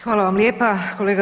Hvala vam lijepa, kolega.